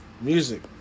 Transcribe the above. music